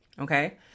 okay